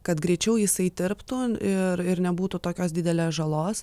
kad greičiau jisai tirptų ir ir nebūtų tokios didelės žalos